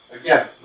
again